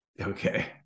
Okay